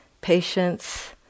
patience